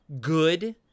good